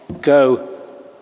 go